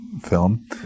film